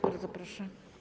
Bardzo proszę.